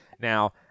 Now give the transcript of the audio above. Now